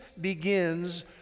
begins